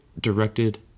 directed